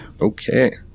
Okay